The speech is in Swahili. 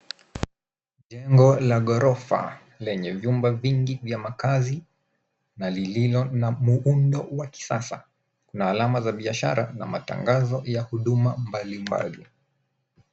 Jengo la ghorofa lenye vyumba vingi vya makaazi na lililo na muundo wa kisasa. Kuna alama za biashara na matangazo ya huduma mbalimbali.